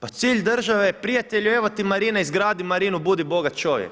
pa cilj države je prijatelju, evo ti marina, izgradi marinu, budi bogat čovjek.